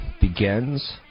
begins